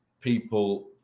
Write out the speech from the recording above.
people